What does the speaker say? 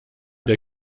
der